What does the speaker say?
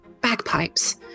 Bagpipes